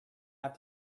have